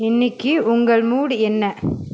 இன்னைக்கி உங்கள் மூட் என்ன